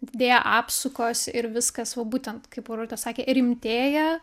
didėja apsukos ir viskas va būtent kaip ir urtė sakė rimtėja